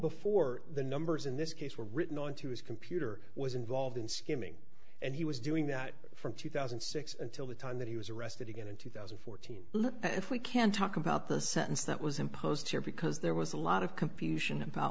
before the numbers in this case were written into his computer was involved in skimming and he was doing that from two thousand and six until the time that he was arrested again in two thousand and fourteen if we can talk about the sentence that was imposed here because there was a lot of confusion about